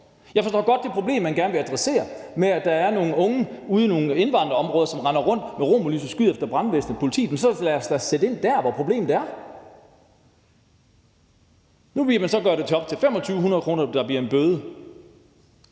Jeg forstår godt det problem, man gerne vil adressere, nemlig at der er nogle unge ude i nogle indvandrerområder, som render rundt med romerlys og skyder efter brandvæsenet og politiet, men så lad os da sætte ind der, hvor problemet er. Nu vil man så sætte bøden op til 2.500 kr. Skal politiet,